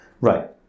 Right